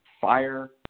fire